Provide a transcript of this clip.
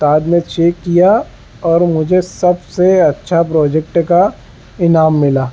استاد نے چیک کیا اور مجھے سب سے اچھا پروجیکٹ کا انعام ملا